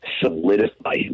solidify